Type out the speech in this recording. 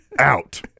Out